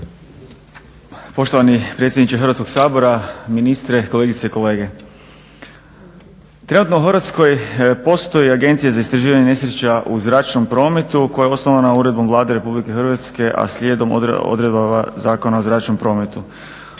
Poštovani predsjedniče Hrvatskog sabora, ministre, kolegice i kolege. Trenutno u Hrvatskoj postoji Agencija za istraživanje nesreća u zračnom prometu koja je osnovana uredbom Vlade Republike Hrvatske a slijedom odredaba Zakona o zračnom prometu.